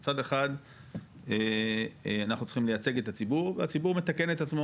מצד אחד אנחנו צריכים לייצג את הציבור והציבור מתקן את עצמו,